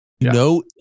No